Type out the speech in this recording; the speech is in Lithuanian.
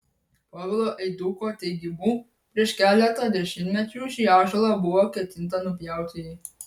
povilo eiduko teigimu prieš keletą dešimtmečių šį ąžuolą buvo ketinta nupjauti